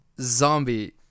zombie